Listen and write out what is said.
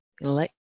Let